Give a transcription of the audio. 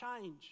change